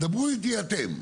דברו איתי אתם,